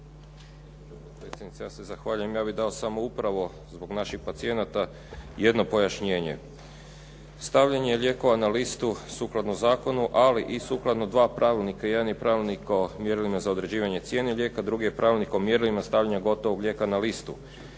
ja se zahvaljujem, ja bih dao samo upravo ../Govornik se ne razumije./… pacijenata jedno pojašnjenje. Stavljanjem lijekova na listu sukladno zakonu ali i sukladno dva pravilnika, jedan je pravilnik o mjerilima za određivanje cijene lijeka, drugi je pravilnik o mjerilima, stavljanja gotovog lijeka na listu,